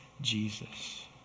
Jesus